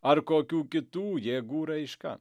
ar kokių kitų jėgų raiška